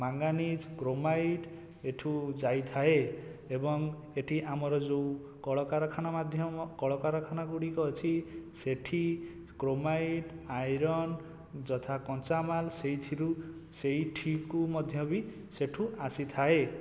manganese chromite ଏଠୁ ଯାଇଥାଏ ଏବଂ ଏଠି ଆମର ଯେଉଁ କଳକାରଖାନା ମାଧ୍ୟମ କଳକାରଖାନା ଗୁଡ଼ିକ ଅଛି ସେଠି କ୍ରୋମାଇଟ୍ ଆଇରନ୍ ଯଥା କଞ୍ଚା ମାଲ୍ ସେଇଥିରୁ ସେଇଠିକୁ ମଧ୍ୟବି ସେଠୁ ଆସିଥାଏ